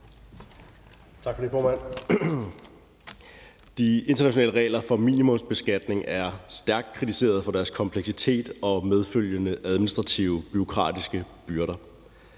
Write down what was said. Tak for det, formand. De internationale regler for minimumsbeskatning er stærkt kritiseret for deres kompleksitet og medfølgende administrative bureaukratiske byrder.